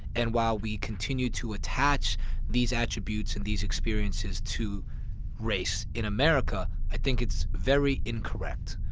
and while we continue to attach these attributes and these experiences to race in america, i think it's very incorrect.